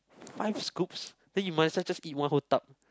five scoops then you might as well just eat one whole tub